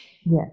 Yes